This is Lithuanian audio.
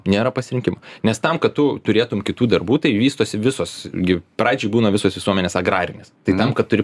nėra pasirinkimo nes tam kad tu turėtum kitų darbų tai vystosi visos gi pradžioj būna visos visuomenės agrarinės tai tam kad turi